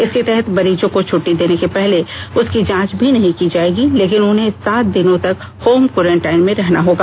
इसके तहत मरीजों को छुट्टी देने के पहले उसकी जांच भी नहीं की जाएगी लेकिन उन्हें सात दिनों तक होम क्वारेंटाइन में रहना होगा